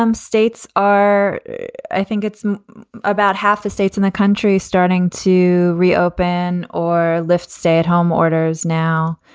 um states are. i think it's about half the states in the country starting to reopen or lift. stay at home orders now.